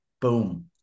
Boom